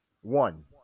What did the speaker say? one